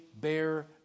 bear